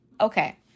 Okay